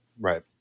right